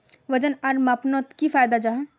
वजन आर मापनोत की फायदा जाहा?